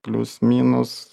plius minus